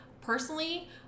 Personally